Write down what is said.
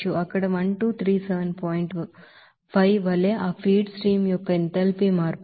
5 వలే ఆ feed stream యొక్క ఎంథాల్పీ మార్పు